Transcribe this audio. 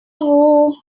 vous